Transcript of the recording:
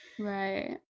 right